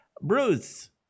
Bruce